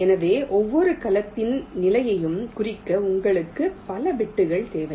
எனவே ஒவ்வொரு கலத்தின் நிலையையும் குறிக்க உங்களுக்கு பல பிட்கள் தேவை